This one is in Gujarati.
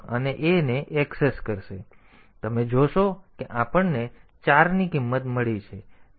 1003 તમે જોશો કે આપણને ચારની કિંમત મળી છે